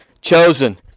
chosen